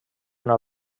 una